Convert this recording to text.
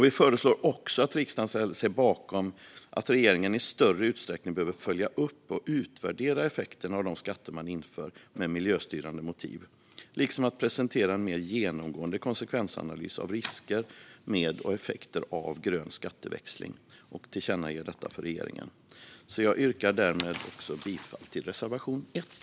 Vi föreslår också att riksdagen ställer sig bakom att regeringen i större utsträckning behöver följa upp och utvärdera effekterna av de skatter man inför med miljöstyrande motiv liksom presentera mer genomgående konsekvensanalyser av risker med och effekter av grön skatteväxling och tillkännager detta för regeringen. Jag yrkar därmed bifall till reservation 1.